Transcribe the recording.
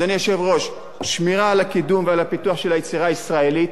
אדוני היושב-ראש: שמירה על הקידום ועל הפיתוח של היצירה הישראלית,